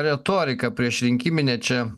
retoriką priešrinkiminę čia